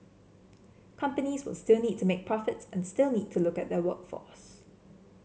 companies will still need to make profits and still need to look at their workforce